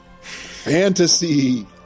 Fantasy